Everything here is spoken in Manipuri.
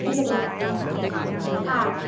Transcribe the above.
ꯄꯨꯟꯗꯕꯁꯨ ꯍꯥ